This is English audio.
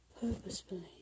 Purposefully